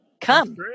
Come